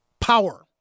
Power